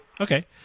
Okay